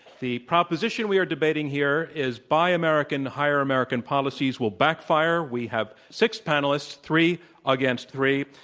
the proposition we are debating here is buy american hire american policies will backfire. we have six panelists, three against three.